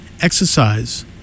exercise